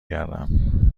گردم